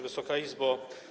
Wysoka Izbo!